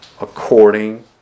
according